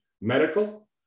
medical